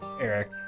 Eric